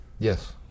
Yes